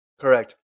Correct